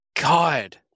God